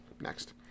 Next